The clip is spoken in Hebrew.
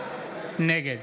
נגד